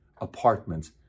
apartments